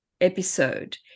episode